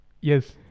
Yes